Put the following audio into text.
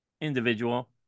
individual